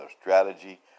strategy